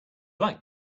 like